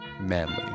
manly